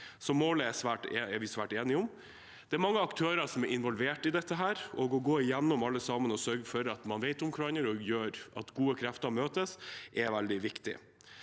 Målet er vi altså svært enige om. Det er mange aktører som er involvert i dette, og å gå gjennom alle sammen og sørge for at man vet om hverandre slik at gode krefter møtes, er veldig viktig.